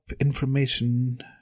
information